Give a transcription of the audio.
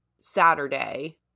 Saturday